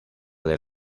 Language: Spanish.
del